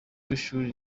w’ishuri